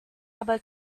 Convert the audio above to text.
able